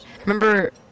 remember